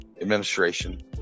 administration